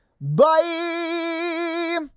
Bye